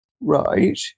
Right